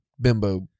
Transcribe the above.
bimbo